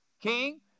king